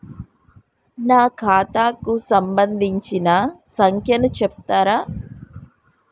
నా ఖాతా కు సంబంధించిన సంఖ్య ను చెప్తరా?